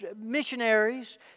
missionaries